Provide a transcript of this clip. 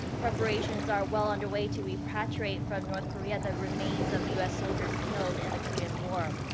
preparations are well underway to repatriate from north korea. the remains of u s. soldiers killed in the korean war.